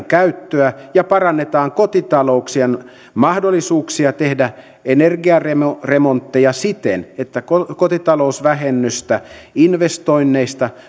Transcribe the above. käyttöä ja parannetaan kotitalouksien mahdollisuuksia tehdä energiaremontteja siten että kotitalousvähennystä investoinneista